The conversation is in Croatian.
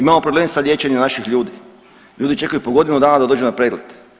Imamo problem sa liječenjem naših ljudi, ljudi čekaju po godinu dana da dođu na pregled.